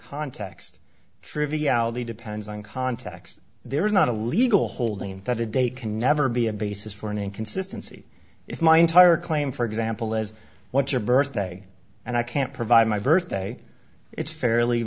context triviality depends on context there is not a legal holding that a date can never be a basis for an inconsistency if my entire claim for example is what's your birthday and i can't provide my birthday it's fairly